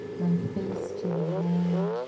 my face to the wall,